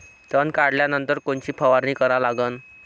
तन काढल्यानंतर कोनची फवारणी करा लागन?